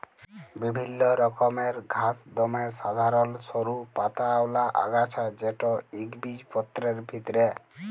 বিভিল্ল্য রকমের ঘাঁস দমে সাধারল সরু পাতাআওলা আগাছা যেট ইকবিজপত্রের ভিতরে